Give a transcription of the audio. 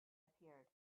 appeared